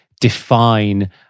define